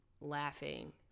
laughing